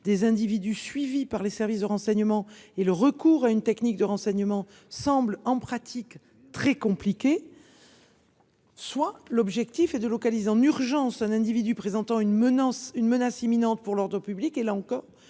aux individus suivis par les services de renseignement, et dans ce cas le recours à une technique de renseignement semble en pratique très compliqué. Soit l'objectif est de localiser en urgence un individu présentant une menace imminente pour l'ordre public, et, là encore,